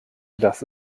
das